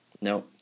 No